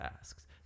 asks